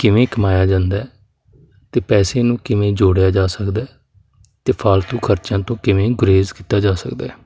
ਕਿਵੇਂ ਕਮਾਇਆ ਜਾਂਦਾ ਅਤੇ ਪੈਸੇ ਨੂੰ ਕਿਵੇਂ ਜੋੜਿਆ ਜਾ ਸਕਦਾ ਹੈ ਅਤੇ ਫਾਲਤੂ ਖਰਚਿਆਂ ਤੋਂ ਕਿਵੇਂ ਗੁਰੇਜ਼ ਕੀਤਾ ਜਾ ਸਕਦਾ ਹੈ